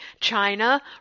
China